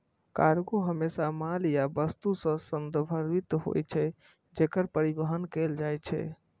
cargo हमेशा माल या वस्तु सं संदर्भित होइ छै, जेकर परिवहन कैल जाइ छै